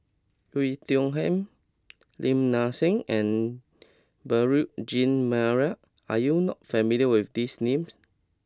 Oei Tiong Ham Lim Nang Seng and Beurel Jean Marie are you not familiar with these names